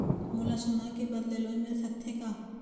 मोला सोना के बदले लोन मिल सकथे का?